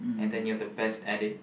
and then you have the best edit